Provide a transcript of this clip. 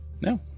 No